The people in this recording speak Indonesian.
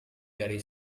dari